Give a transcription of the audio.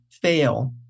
fail